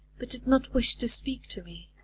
but did not wish to speak to me.